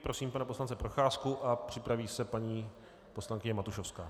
Prosím pana poslance Procházku a připraví se paní poslankyně Matušovská.